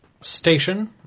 station